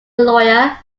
lawyer